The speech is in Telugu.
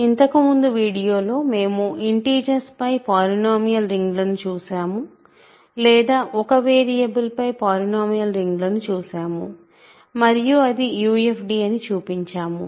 ఇంతకు ముందు వీడియోలో మేము ఇంటిజర్స్ పై పాలినోమియల్ రింగ్ లను చూశాము లేదా ఒక వేరియబుల్పై పాలినోమియల్ రింగ్ లను చూసాము మరియు అది UFD అని చూపించాము